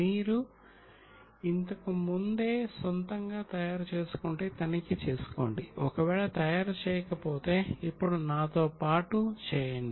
మీరు ఇంతకు ముందే సొంతంగా తయారు చేసుకుంటే తనిఖీ చేసుకోండి ఒకవేళ తయారు చేయకపోతే ఇప్పుడు నాతో పాటు చేయండి